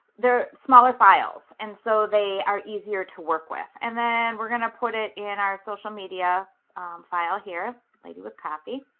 they're smaller files and so they are easier to work with. and then we're gonna put it in our social media file here lady with coffee